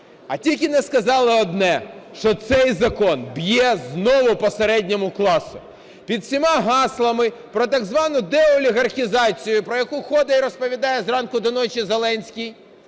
А тільки не сказали одне, що цей закон б'є знову по середньому класу. Під всіма гаслами про так звану деолігархізацію, про яку ходить і розповідає зранку до ночі Зеленський,